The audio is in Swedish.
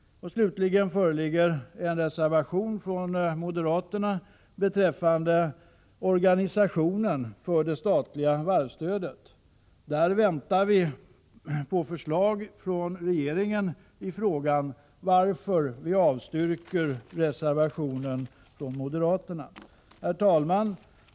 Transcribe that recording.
Slutligen föreligger en reservation från moderaterna beträffande organisationen för det statliga varvsstödet. I fråga om detta väntar vi på förslag från regeringen. Vi avstyrker därför reservationen från moderaterna. Herr talman!